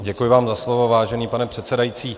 Děkuji vám za slovo, vážený pane předsedající.